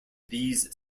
these